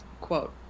Quote